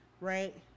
right